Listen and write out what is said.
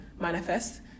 manifest